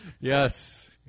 Yes